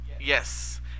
yes